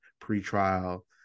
pre-trial